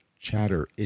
chatter